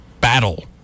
battle